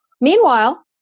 meanwhile